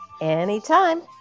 Anytime